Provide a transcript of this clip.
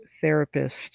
therapist